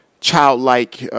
childlike